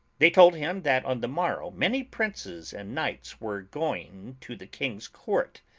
they told him that on the morrow many princes and knights were going to the king's court,